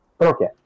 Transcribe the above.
Okay